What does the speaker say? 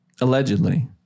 Allegedly